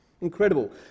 Incredible